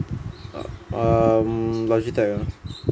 err um Logitech loh